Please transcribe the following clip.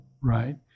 right